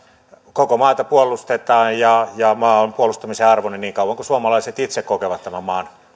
koko maata puolustetaan ja ja maa on puolustamisen arvoinen niin kauan kuin suomalaiset itse kokevat tämän maan